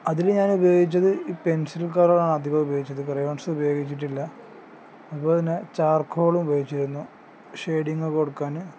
അതിൽ ഞാൻ ഉപയോഗിച്ചത് ഈ പെൻസിൽ കളറാണ് അധികവും ഉപയോഗിച്ചത് ക്രയോൺസ് ഉപയോഗിച്ചിട്ടില്ല അതുപോലെത്തന്നെ ചാർക്കോളും ഉപയോഗിച്ചിരുന്നു ഷെയ്ഡിങ്ങൊക്കെ കൊടുക്കാൻ